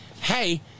hey